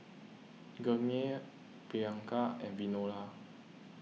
Gurmeet Priyanka and